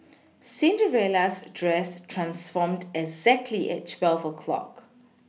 Cinderella's dress transformed exactly at twelve o' clock